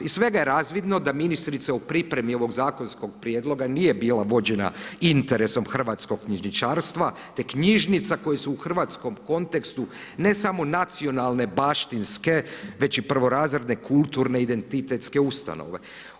Iz svega je razvidno da ministrica u pripremi ovog zakonskog prijedloga nije bila vođena interesom hrvatskog knjižničarstva te knjižnica koje su u hrvatskom kontekstu ne samo nacionalne baštinske već i prvorazredne, kulturne, identitetske ustanove.